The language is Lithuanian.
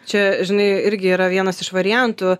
čia žinai irgi yra vienas iš variantų